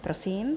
Prosím.